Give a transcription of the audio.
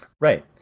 Right